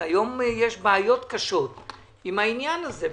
היום יש בעיות קשות עם העניין הזה.